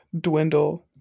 dwindle